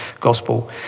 gospel